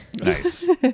Nice